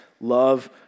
love